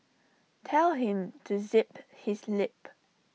tell him to zip his lip